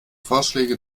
vorschläge